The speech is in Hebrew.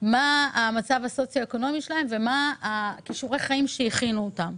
מה מצבם הסוציו-אקונומי ומהם כישורי החיים שהכינו אותם.